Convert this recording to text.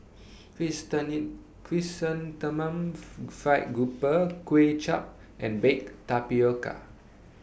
Chrysanthemum Fried Grouper Kway Chap and Baked Tapioca